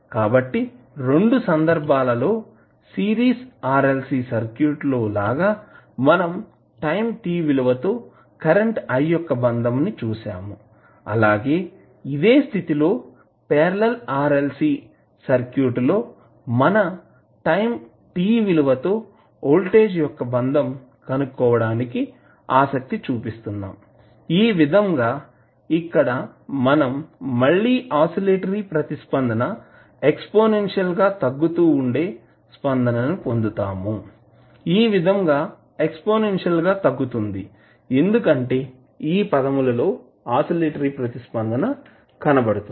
కాబట్టి రెండు సందర్భాలలో సిరీస్ RLC సర్క్యూట్ లో లాగా మనం టైం t విలువ తో కరెంటు i యొక్క బంధం ని చూసాం అలాగే ఇదే స్థితి లో పార్లల్ RLC సర్క్యూట్ లో మనం టైం t విలువ తో వోల్టేజ్ యొక్క బంధం కనుక్కోవడానికి ఆసక్తి చూపిస్తున్నాం ఈ విధంగా ఇక్కడ మనం మళ్ళి అసిలేటరీ ప్రతిస్పందన ఎక్స్పోనెన్షియల్ గా తగ్గుతూ వుండే స్పందన ని పొందాము ఈ విధంగా ఎక్స్పోనెన్షియల్ గా తగ్గుతుంది ఎందుకంటే ఈ పదముల లో అసిలేటరీ ప్రతిస్పందన కనబడుతుంది